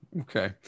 Okay